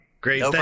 Great